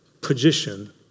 position